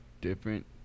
different